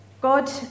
God